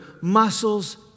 muscles